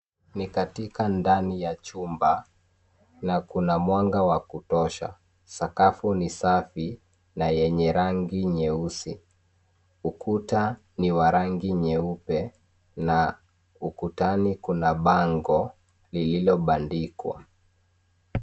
Ni katika ndani ya chumba na kuna mwanga wa kutosha. Sakafu ni safi na yenye rangi nyeusi. Ukuta ni wa rangi nyeupe na ukutani kuna bango lililobandikwa.